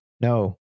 No